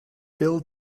bill